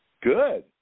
Good